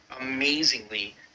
amazingly